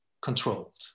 controlled